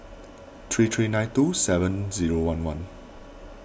three three nine two seven zero one one